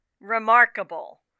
remarkable